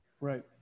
Right